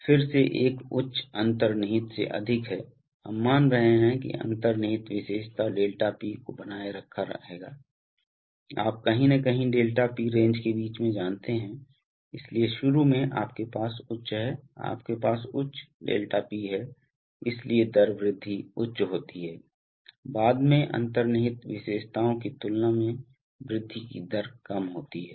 फिर से एक उच्च अंतर्निहित से अधिक है हम मान रहे हैं कि अंतर्निहित विशेषता 𝛿P को बनाए रखा रहेगा आप कहीं न कहीं 𝛿P रेंज के बीच में जानते हैं इसलिए शुरू में आपके पास उच्च है आपके पास उच्च 𝛿P है इसलिए दर वृद्धि उच्च होती है बाद में अंतर्निहित विशेषताओं की तुलना में वृद्धि की दर कम होती है